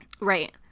Right